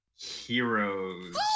heroes